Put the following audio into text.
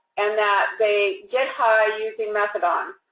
and that they get high using methadone.